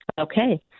Okay